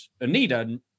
Anita